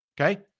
Okay